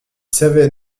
savait